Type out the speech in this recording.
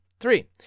three